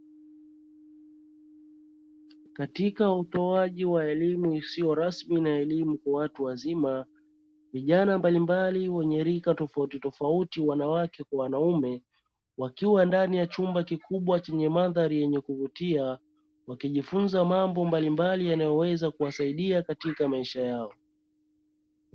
Katika utoaji wa elimu isio rasmi na elimu kwa watu wazima, vijana mbalimbali wenye rika tofauti tofauti, wanawake kwa wanaume, wakiwa ndani ya chumba chenye mandhari ya kuvutia wakijifunza mambo mbalimbali yanayoweza kuka kuwasaidia katika maisha yao.